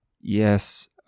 Yes